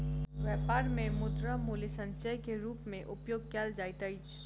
व्यापार मे मुद्रा मूल्य संचय के रूप मे उपयोग कयल जाइत अछि